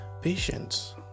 Patience